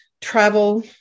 travel